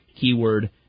keyword